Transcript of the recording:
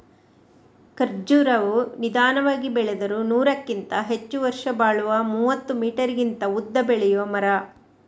ಖರ್ಜುರವು ನಿಧಾನವಾಗಿ ಬೆಳೆದರೂ ನೂರಕ್ಕಿಂತ ಹೆಚ್ಚು ವರ್ಷ ಬಾಳುವ ಮೂವತ್ತು ಮೀಟರಿಗಿಂತ ಉದ್ದ ಬೆಳೆಯುವ ಮರ